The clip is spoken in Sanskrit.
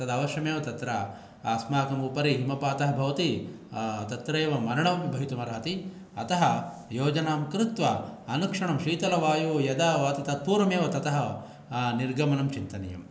तद् अवश्यमेव तत्र अस्माकम् उपरि हिमपातः भवति तत्रैव मरणमपि भवितुमर्हति अतः योजनां कृत्वा अनुक्षणं शीतलवायु यदा वाति तत्पूर्वमेव तत निर्गमनं चिन्तनीयम्